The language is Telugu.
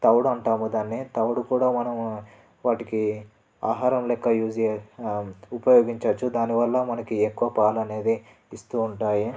తౌడు అంటాము దాన్ని తౌడు కూడా మనం వాటికి ఆహారం లెక్క యూస్ చె ఉపయోగించచ్చు దానివల్ల మనకి ఎక్కువ పాలు అనేది ఇస్తూ ఉంటాయి